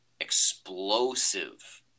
explosive